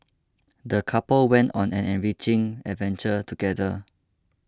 the couple went on an enriching adventure together